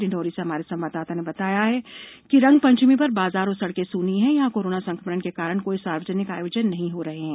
डिण्डोरी से हमारे संवाददाता ने बताया है कि रंगपंचमी पर बाजार और सड़के सूनी है यहां कोरोना संक्रमण के कारण कोई सार्वजनिक आयोजन नहीं हो रहे हैं